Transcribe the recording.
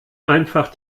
einfach